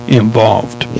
involved